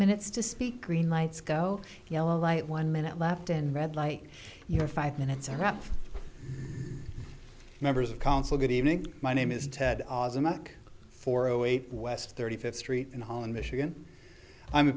minutes to speak green lights go yellow light one minute left and red light your five minutes are up members of council good evening my name is ted mack four o eight west thirty fifth street in holland michigan i'm a